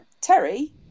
Terry